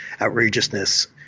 outrageousness